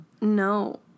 No